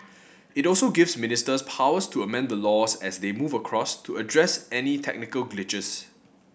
it also gives ministers powers to amend the laws as they move across to address any technical glitches